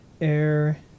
Air